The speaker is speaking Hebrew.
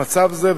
במצב זה,